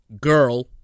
Girl